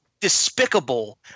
despicable